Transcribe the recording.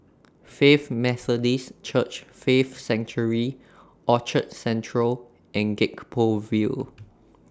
Faith Methodist Church Faith Sanctuary Orchard Central and Gek Poh Ville